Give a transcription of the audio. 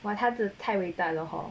!wah! 他的太伟大了 hor